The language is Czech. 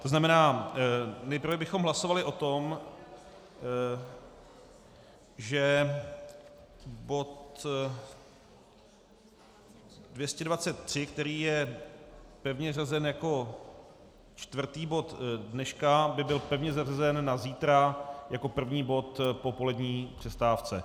To znamená, nejprve bychom hlasovali o tom, že bod 223, který je pevně řazen jako čtvrtý bod dneška, by byl pevně zařazen na zítra jako první bod po polední přestávce.